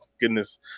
goodness